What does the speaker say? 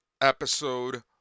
Episode